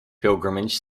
pilgrimage